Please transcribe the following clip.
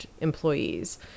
employees